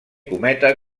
cometa